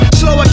slow